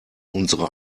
unsere